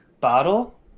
bottle